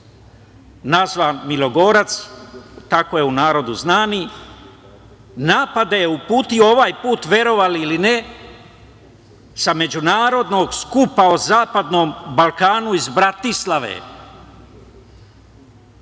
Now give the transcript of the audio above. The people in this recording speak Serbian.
nazvan milogorac, tako je u narodu znani. Napade je uputio ovaj put verovali ili ne sa Međunarodnog skupa o Zapadnom Balkanu iz Bratislave.